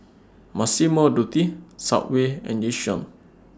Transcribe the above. Massimo Dutti Subway and Yishion